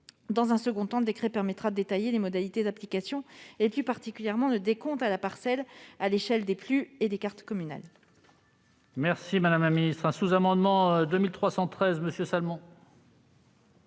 Dans un second temps, le décret permettra de détailler les modalités d'application de cette disposition et, plus particulièrement, le décompte à la parcelle à l'échelle des PLU et des cartes communales.